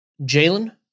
Jalen